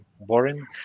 boring